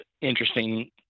interesting